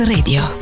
Radio